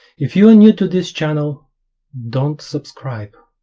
if you are new to this channel don't subscribe,